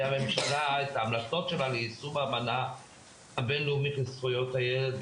הממשלה את ההמלצות שלה ליישום האמנה הבינלאומית לזכויות הילד.